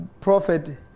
prophet